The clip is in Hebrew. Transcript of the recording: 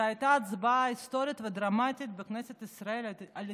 זו הייתה הצבעה היסטורית ודרמטית בכנסת ישראל על התנתקות.